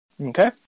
Okay